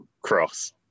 cross